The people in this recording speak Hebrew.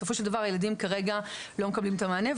בסופו של דבר הילדים כרגע לא מקבלים את המענה,